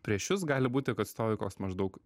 prieš jus gali būti kad stovi koks maždaug